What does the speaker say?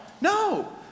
No